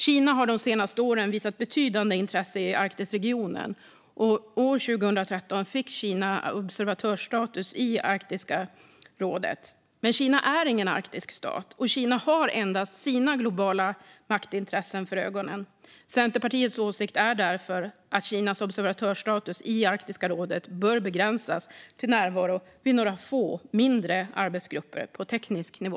Kina har de senaste åren visat betydande intresse för Arktisregionen, och 2013 fick Kina observatörsstatus i Arktiska rådet. Men Kina är ingen arktisk stat, och Kina har endast sina globala maktintressen för ögonen. Centerpartiets åsikt är därför att Kinas observatörsstatus i Arktiska rådet bör begränsas till närvaro i några få, mindre arbetsgrupper på teknisk nivå.